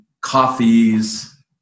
coffees